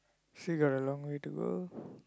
still got a long way to go